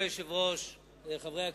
אני אומר לחברי הכנסת,